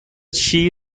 she